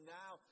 now